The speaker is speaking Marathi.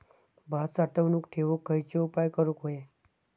भात साठवून ठेवूक खयचे उपाय करूक व्हये?